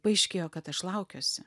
paaiškėjo kad aš laukiuosi